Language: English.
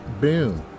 Boom